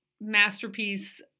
masterpiece